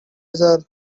other